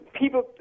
people